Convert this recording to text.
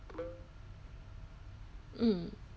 mm